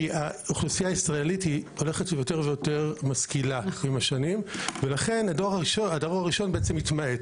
האוכלוסייה הישראלית היא הולכת ויותר משכילה עם השנים והדור הראשון מתמעט,